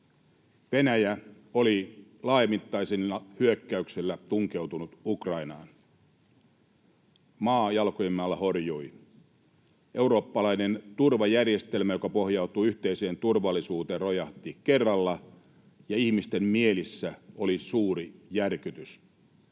Venäjä oli laajamittaisilla hyökkäyksillä tunkeutunut Ukrainaan. Maa jalkojemme alla horjui. Eurooppalainen turvajärjestelmä, joka pohjautuu yhteiseen turvallisuuteen, rojahti kerralla, ja ihmisten mielissä oli suuri järkytys.